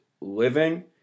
living